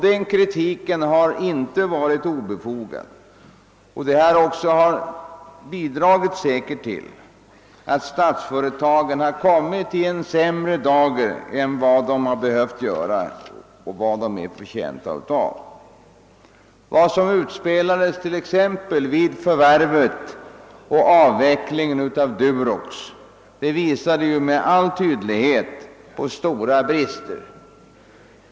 Den kritiken har inte varit obefogad men den har säkerligen bidragit till att statsföretagen kommit i sämre dager än de varit förtjänta av. Vad som utspelades t.ex. vid förvärvandet och utvecklingen av Durox visade dock med all önskvärd tydlighet på stora brister.